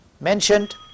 mentioned